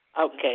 Okay